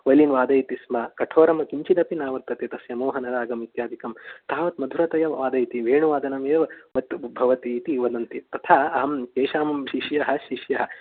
violin वादयतिस्म कठोरं किञ्चिदपि न वर्तते तस्य मोहनरगम् इत्यादिकं तावत् मधुरतया वादयति वेणुवादनमेववत् भवति इति वदन्ति तथा अहं तेषां शिष्यः शिष्यः